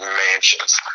mansions